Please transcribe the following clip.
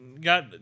got